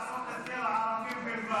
הוא רוצה לעשות את זה לערבים בלבד.